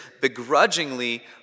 begrudgingly